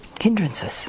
hindrances